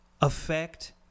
Affect